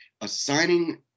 assigning